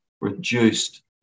reduced